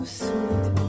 sweet